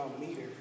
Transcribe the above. meter